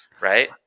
right